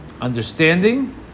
Understanding